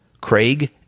craig